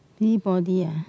see body ah